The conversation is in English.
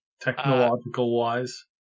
Technological-wise